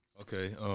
Okay